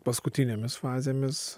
paskutinėmis fazėmis